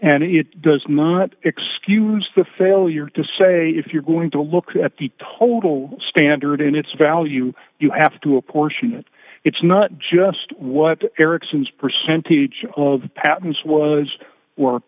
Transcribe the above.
and it does not excuse the failure to say if you're going to look at the total standard in its value you have to apportion it it's not just what eriksson's percentage of the patents was or